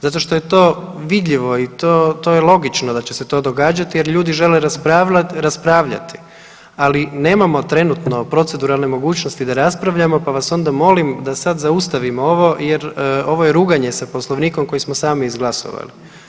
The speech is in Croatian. Zato što je to vidljivo i to je logično da će se to događati jer ljudi žele raspravljati, ali nemamo trenutno proceduralne mogućnosti da raspravljamo pa vas onda molim da sad zaustavimo ovo jer ovo je ruganje sa Poslovnikom koji smo sami izglasovali.